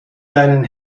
deinen